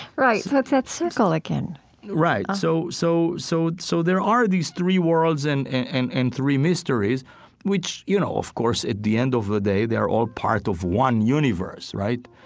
right. so it's that circle again right. so so so so there are these three worlds and and and three mysteries which, you know, of course at the end of the day they are all part of one universe, right?